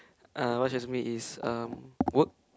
uh what stresses me is um work